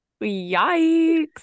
Yikes